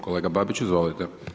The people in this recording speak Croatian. Kolega Babić, izvolite.